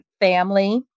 family